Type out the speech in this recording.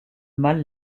mal